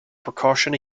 precaution